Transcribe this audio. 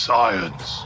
Science